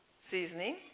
Seasoning